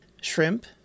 shrimp